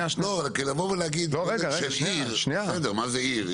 לא, כי לבוא ולהגיד גודל של עיר, מה זה עיר?